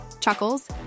Chuckles